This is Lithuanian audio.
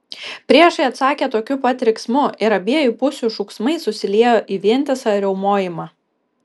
priešai atsakė tokiu pat riksmu ir abiejų pusių šūksmai susiliejo į vientisą riaumojimą